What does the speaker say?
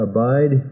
Abide